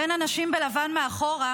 בין הנשים בלבן מאחור,